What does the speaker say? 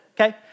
okay